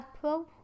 Pro